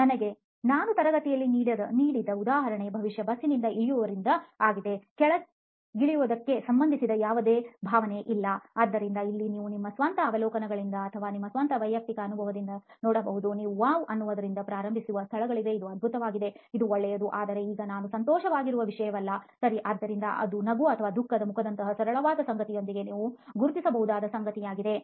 ನನಗೆ ನಾನು ತರಗತಿಯಲ್ಲಿ ನೀಡಿದ ಉದಾಹರಣೆ ಬಹುಶಃ ಬಸ್ನಿಂದ ಇಳಿಯುವಿದರಿಂದ ಆಗಿದೆ ಕೆಳಗಿಳಿಯುವುದಕ್ಕೆ ಸಂಬಂಧಿಸಿದ ಯಾವುದೇ ಭಾವನೆ ಇಲ್ಲ ಆದ್ದರಿಂದ ಇಲ್ಲಿ ನೀವು ನಿಮ್ಮ ಸ್ವಂತ ಅವಲೋಕನಗಳಿಂದ ಅಥವಾ ನಿಮ್ಮ ಸ್ವಂತ ವೈಯಕ್ತಿಕ ಅನುಭವದಿಂದಲೂ ನೋಡಬಹುದು ನೀವು ವಾಹ್ ಅನ್ನುವುದರಿಂದ ಪ್ರಾರಂಭಿಸುವ ಸ್ಥಳಗಳಿವೆ ಇದು ಅದ್ಭುತವಾಗಿದೆ ಇದು ಒಳ್ಳೆಯದು ಆದರೆ ಈಗ ನಾನು ಸಂತೋಷವಾಗಿರುವ ವಿಷಯವಲ್ಲ ಸರಿ ಆದ್ದರಿಂದ ಅದು ನಗು ಅಥವಾ ದುಃಖದ ಮುಖದಂತಹ ಸರಳವಾದ ಸಂಗತಿಯೊಂದಿಗೆ ನೀವು ಗುರುತಿಸಬಹುದಾದ ಸಂಗತಿಯಾಗಿದೆ